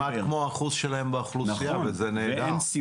כמעט כמו האחוז שלהן באוכלוסייה וזה נהדר.